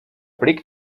blick